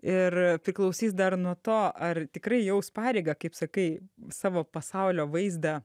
ir priklausys dar nuo to ar tikrai jaus pareigą kaip sakai savo pasaulio vaizdą